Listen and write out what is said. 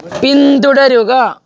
പിന്തുടരുക